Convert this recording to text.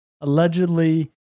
allegedly